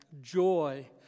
Joy